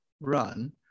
run